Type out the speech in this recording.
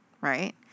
right